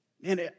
Man